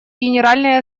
генеральной